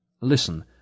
Listen